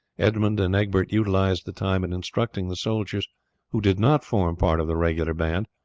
edmund and egbert utilized the time in instructing the soldiers who did not form part of the regular band,